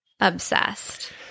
Obsessed